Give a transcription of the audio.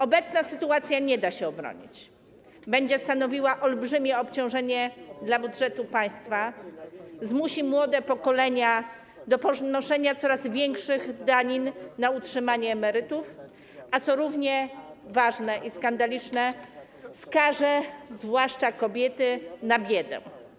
Obecna sytuacja nie da się obronić, będzie stanowiła olbrzymie obciążenie dla budżetu państwa, zmusi młode pokolenia do ponoszenia coraz większych danin na utrzymanie emerytów, a co równie ważne i skandaliczne, skaże, zwłaszcza kobiety, na biedę.